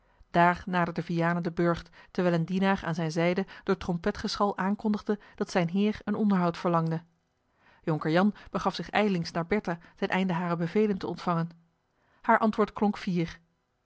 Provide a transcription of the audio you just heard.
daar naderde vianen den burcht terwijl een dienaar aan zijne zijde door trompetgeschal aankondigde dat zijn heer een onderhoud verlangde jonker jan begaf zich ijlings naar bertha ten einde hare bevelen te ontvangen haar antwoord klonk fier